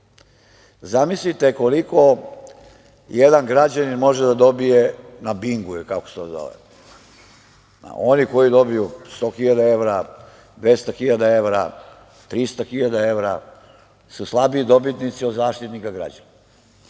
Zamislite koliko jedan građanin može da dobije na Bingu, ili kako se to zove, oni koji dobiju 100.000 evra, 200.000 evra, 300.000 evra su slabiji dobitnici od Zaštitnika građana.